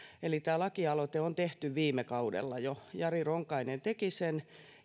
että tämä lakialoite on tehty jo viime kaudella jari ronkainen teki sen